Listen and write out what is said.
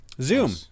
Zoom